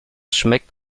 schmeckt